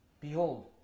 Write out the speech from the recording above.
Behold